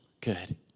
good